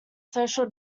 social